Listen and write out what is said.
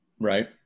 Right